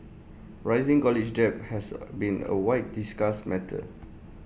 rising college debt has A been A widely discussed matter